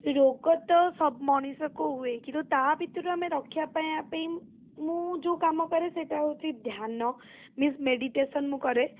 ରୋଗ ତ ସବୁ ମଣିଷଙ୍କୁ ହୁଏ କିନ୍ତୁ ତା' ଭିତରୁ ଆମେ ରକ୍ଷା ପାଇବାପାଇଁ ମୁଁ ଯେଉଁ କାମ କରେ ସେଇଟା ହେଉଛି ଧ୍ୟାନ ମିନ୍ସ୍ ମେଡ଼ିଟେସନ୍ ମୁଁ କରେ